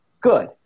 good